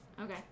Okay